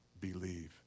believe